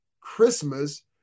Christmas